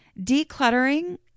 Decluttering